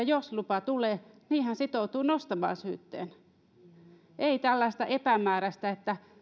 jos lupa tulee sitoutua nostamaan syyte ei tällaista epämääräistä että